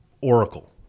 Oracle